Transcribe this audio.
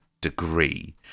degree